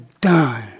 done